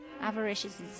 Avaricious